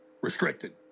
Restricted